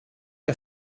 que